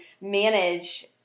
manage